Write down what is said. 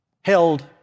held